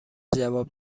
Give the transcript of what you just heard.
جواب